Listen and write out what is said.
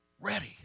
ready